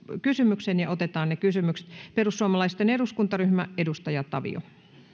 kysymyksen otetaan ne kysymykset perussuomalaisten eduskuntaryhmä edustaja tavio